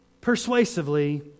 persuasively